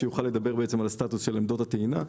הוא יוכל לדבר על הסטטוס של עמדות הטעינה,